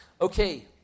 Okay